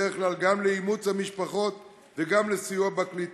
בדרך כלל גם לאימוץ המשפחות וגם לסיוע בקליטה.